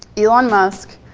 elon musk,